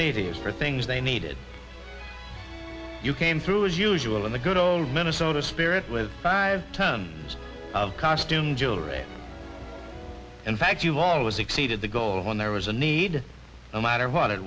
as for things they needed you came through as usual in the good old minnesota spirit with five tons of costume jewelry in fact you've always exceeded the goal when there was a need no matter what it